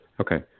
Okay